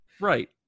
right